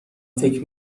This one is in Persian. فکر